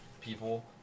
people